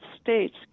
States